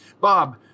Bob